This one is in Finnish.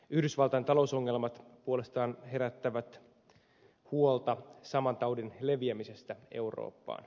yhdysvaltain talousongelmat puolestaan herättävät huolta saman taudin leviämisestä eurooppaan